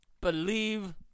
believe